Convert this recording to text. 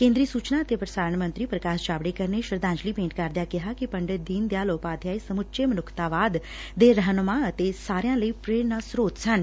ਕੇਦਰੀ ਸੁਚਨਾ ਅਤੇ ਪ੍ਰਸਾਰਣ ਮੰਤਰੀ ਪ੍ਰਕਾਸ਼ ਜਾਵੜੇਕਰ ਨੇ ਸ਼ਰਧਾਂਜਲੀ ਭੇਟ ਕਰਦਿਆਂ ਕਿਹਾ ਕਿ ਪੰਡਿਤ ਦੀਨ ਦਿਆਲ ਓਪਾਧਿਆਏ ਸਮੁੱਚੇ ਮਨੁੱਖਤਾਵਾਦ ਦੇ ਰਹਿਨੁਮਾ ਅਤੇ ਸਾਰਿਆਂ ਲਈ ਪੇਰਣਾ ਸਰੋਤ ਸਨ